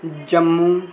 Jammu